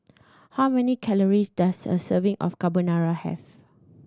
how many calories does a serving of Carbonara have